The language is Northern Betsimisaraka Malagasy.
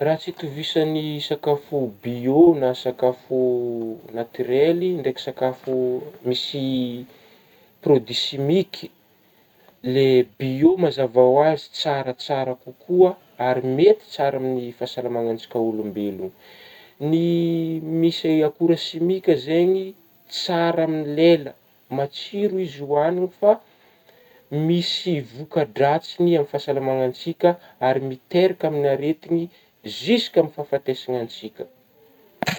Raha tsy hitovisany sakafo biô na sakafo natirhely ndraiky sakafo misy produit simiky biô mazava ho azy tsaratsara kokoa ary mety tsara amin'gny fahasalamagnantsiaka olombelogna ny misy akora simika zegny tsara amin'gny lela matsiro izy hoanigna fa misy voka-dratsigny amin'gny fahasalamagnatsika ary miteraky amin'gny aretigny ziska amin'gny fahafatesagnantsika.